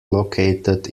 located